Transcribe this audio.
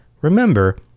remember